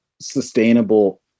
sustainable